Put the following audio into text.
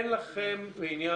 הידע שלכם או ההבנה